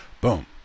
boom